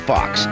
Fox